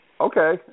Okay